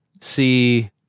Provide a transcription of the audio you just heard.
See